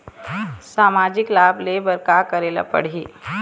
सामाजिक लाभ ले बर का करे ला पड़ही?